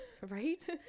right